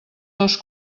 dos